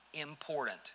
important